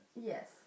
Yes